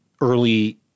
early